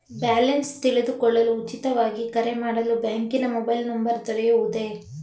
Balance ತಿಳಿದುಕೊಳ್ಳಲು ಉಚಿತವಾಗಿ ಕರೆ ಮಾಡಲು ಬ್ಯಾಂಕಿನ ಮೊಬೈಲ್ ನಂಬರ್ ದೊರೆಯುವುದೇ?